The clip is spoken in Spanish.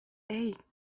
hey